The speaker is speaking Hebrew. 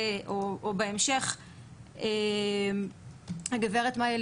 אני אקדים ואומר שאני עורכת דין שמייצגת את מיה לי בהליכים משפטיים.